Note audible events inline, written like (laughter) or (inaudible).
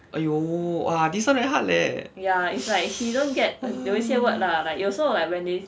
!aiyo! ah this one very hard like (noise)